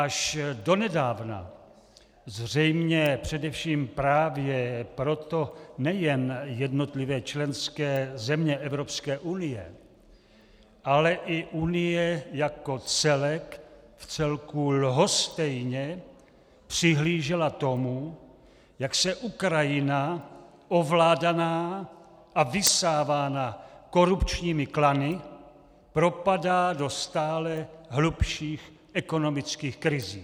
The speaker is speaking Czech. Až donedávna zřejmě především právě proto nejen jednotlivé členské země Evropské unie, ale i unie jako celek vcelku lhostejně přihlížela tomu, jak se Ukrajina ovládaná a vysávaná korupčními klany propadá do stále hlubších ekonomických krizí.